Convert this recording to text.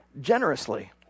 generously